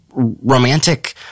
romantic